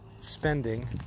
spending